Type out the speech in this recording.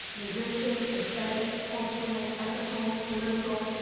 linguistic, aesthetic, cultural, ethical, political,